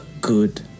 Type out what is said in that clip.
good